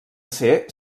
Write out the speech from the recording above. ser